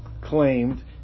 claimed